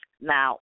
Now